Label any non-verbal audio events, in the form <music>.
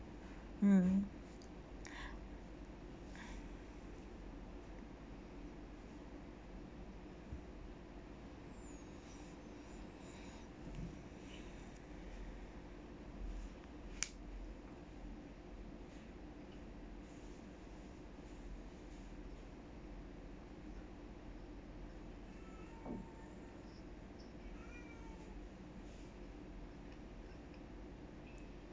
mm <breath>